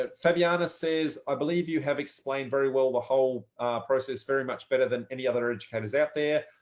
ah fabiana says, i believe you have explained very well, the whole process very much better than any other educators out there,